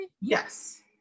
Yes